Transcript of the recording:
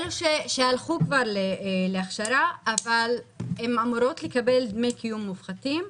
אלה שהלכו כבר להכשרה אבל הן אמורות לקבל דמי קיום מופחתים.